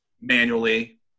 manually